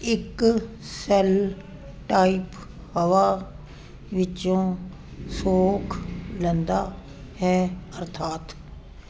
ਇੱਕ cell type ਹਵਾ ਵਿੱਚੋਂ ਸੋਖ ਲੈਂਦਾ ਹੈ ਅਰਥਾਤ